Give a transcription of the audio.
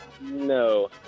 No